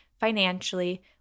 financially